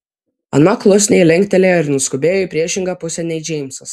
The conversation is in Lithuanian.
ana klusniai linktelėjo ir nuskubėjo į priešingą pusę nei džeimsas